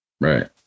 Right